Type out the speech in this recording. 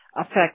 affect